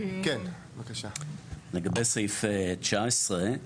לגבי סעיף 19,